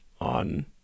on